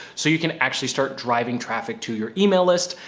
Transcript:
so you can actually start driving traffic to your email list.